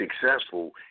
successful